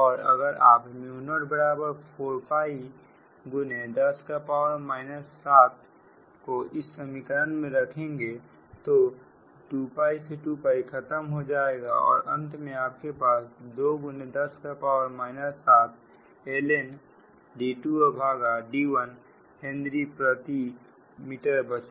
और अगर आप 04x 10 7 को इस समीकरण में रखेंगे तो 2 से 2 खत्म हो जाएगा और अंत में आपके पास 2 x 10 7ln हेनरी प्रति मीटर बचेगा